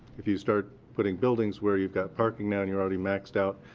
if you start putting buildings where you've got parking now and you're already maxed out,